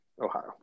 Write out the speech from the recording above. Ohio